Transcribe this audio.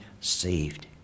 saved